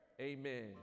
amen